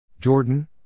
Jordan